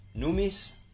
Numis